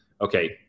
okay